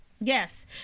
Yes